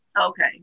okay